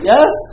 Yes